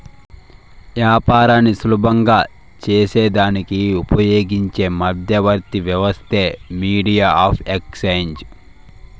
యాపారాన్ని సులభం సేసేదానికి ఉపయోగించే మధ్యవర్తి వ్యవస్థే మీడియం ఆఫ్ ఎక్స్చేంజ్